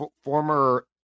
former